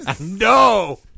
No